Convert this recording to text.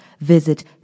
visit